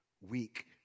weak